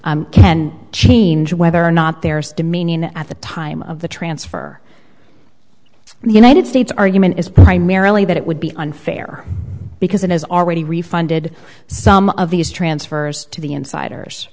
can change whether or not there's dominion at the time of the transfer and the united states argument is primarily that it would be unfair because it has already refunded some of these transfers to the insiders